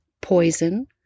poison